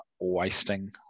wasting